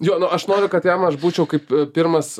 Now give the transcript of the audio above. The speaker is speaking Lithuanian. jo nu aš noriu kad jam aš būčiau kaip pirmas